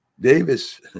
Davis